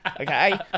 okay